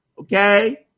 Okay